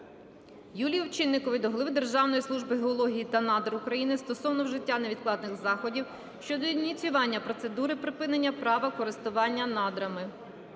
Юлії Овчинникової до голови Державної служби геології та надр України стосовно вжиття невідкладних заходів щодо ініціювання процедури припинення права користування надрами.